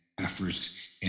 efforts